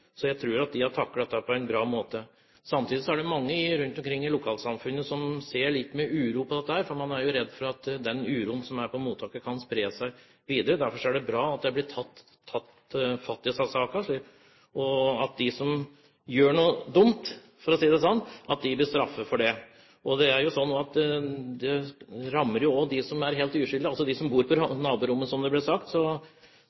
Jeg tror at de har taklet dette på en bra måte. Samtidig er det mange i lokalsamfunnet som ser med litt uro på dette, for man er jo redd for at den uroen som er på mottaket, kan spre seg videre. Derfor er det bra at det blir tatt tak i disse sakene, og at de som gjør noe dumt, for å si det sånn, blir straffet for det. Det rammer jo også dem som er helt uskyldige, altså de som bor på